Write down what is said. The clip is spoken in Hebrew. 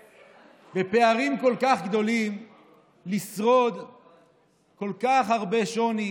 ובפערים כל כך גדולים לשרוד כל כך הרבה שוני.